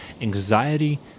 anxiety